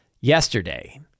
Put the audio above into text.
yesterday